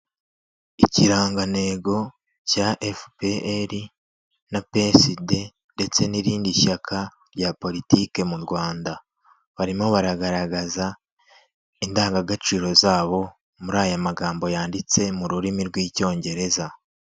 Ikirangantego cya FPR na PSD ndetse n'irindi shyaka rya politiki mu Rwanda, barimo baragaragaza indangagaciro zabo muri aya magambo yanditse mu rurimi rw'icyongereza.